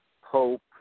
hope